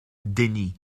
déni